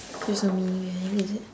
in terms of meaning don't have is it